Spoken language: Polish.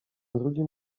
drugiem